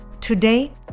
Today